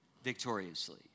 Victoriously